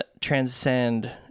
transcend